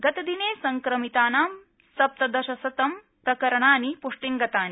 गतदिने संक्रमिताना सप्तदश शत प्रकरणानि पुष्टिंगतानि